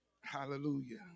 Hallelujah